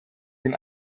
den